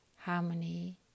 harmony